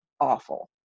awful